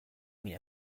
mais